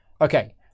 Okay